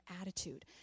attitude